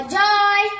joy